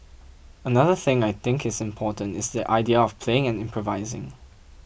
another thing I think is important is the idea of playing and improvising